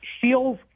feels